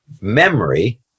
memory